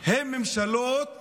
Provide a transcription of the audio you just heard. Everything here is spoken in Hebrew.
הן ממשלות